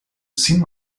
sean